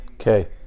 Okay